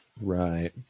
right